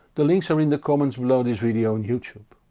the links are in the comments below this video on youtube.